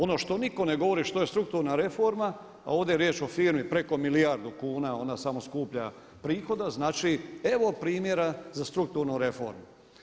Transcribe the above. Ono što nitko ne govori što je strukturna reforma a ovdje je riječ o firmi preko milijardu kuna, ona samo skuplja prihoda, znači evo prihoda za strukturnu reformu.